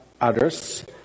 others